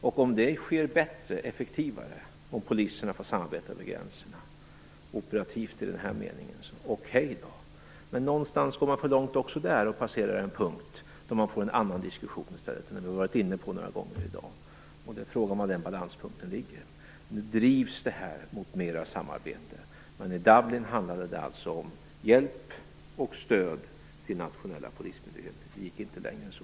Om det sker bättre och effektivare om poliserna får samarbeta över gränserna, operativt i den här meningen, så okej då. Men någonstans går man för långt också där och passerar en punkt där man får en annan diskussion i stället - vi har varit inne på den några gånger i dag. Det är frågan om var den balanspunkten ligger. Nu drivs detta mot mera samarbete. I Dublin handlade det alltså om hjälp och stöd till nationella polismyndigheter. Vi gick inte längre än så.